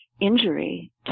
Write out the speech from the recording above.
injury